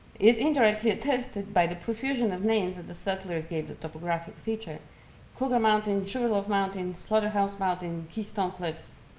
is indirectly attested by the profusion of names that the settlers gave the topographic feature cougar mountain, sugarloaf mountain, slaughterhouse mountain, keystone cliffs,